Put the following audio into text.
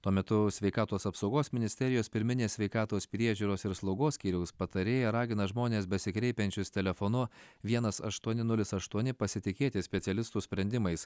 tuo metu sveikatos apsaugos ministerijos pirminės sveikatos priežiūros ir slaugos skyriaus patarėja ragina žmones besikreipiančius telefonu vienas aštuoni nulis aštuoni pasitikėti specialistų sprendimais